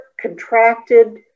contracted